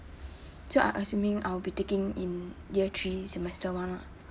so I assuming I will be taking in year three semester one lah